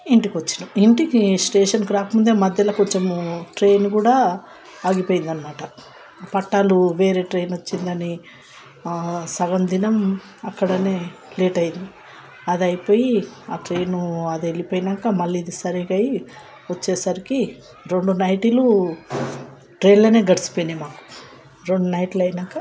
ఇంటికి వచ్చినాం ఇంటికి స్టేషన్కి రాకముందే మధ్యల కొంచం ట్రైన్ కూడా ఆగిపోయింది అన్నమాట పట్టాలు వేరే ట్రైన్ వచ్చిందని సగం దినం అక్కడనే లేట్ అయింది అది అయిపోయి ఆ ట్రైను అది వెళ్ళిపోయినాక మళ్ళీ ఇది సరిగా అయ్యి వచ్చేసరికి రెండు నైట్లు ట్రైన్లోనే గడిచిపోయినాయి మాకు రెండు నైట్లు అయినాక